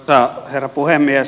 arvoisa herra puhemies